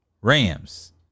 Rams